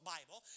Bible